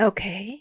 Okay